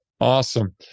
Awesome